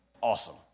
awesome